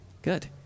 good